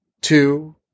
two